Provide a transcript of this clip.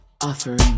offering